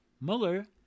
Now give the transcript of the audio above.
Mueller